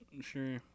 Sure